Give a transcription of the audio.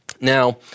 Now